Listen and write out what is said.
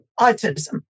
autism